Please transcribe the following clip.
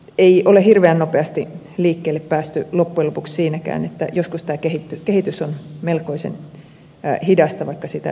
ei ole hirveän nopeasti liikkeelle päästy loppujen lopuksi siinäkään joskus tämä kehitys on melkoisen hidasta vaikka sitä tehtäisiinkin